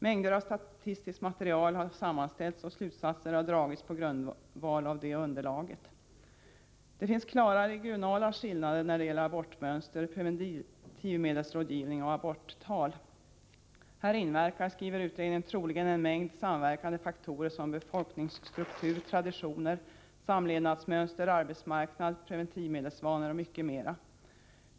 Mängder av statistiskt material har sammanställts och slutsatser har dragits på grundval av det underlaget. Det finns klara regionala skillnader när det gäller abortmönster, preventivmedelsrådgivning och aborttal. Här inverkar, skriver utredningen, troligen en mängd samverkande faktorer: befolkningsstruktur, traditioner, samlevnadsmönster, arbetsmarknad, preventivmedelsvanor och mycket mera.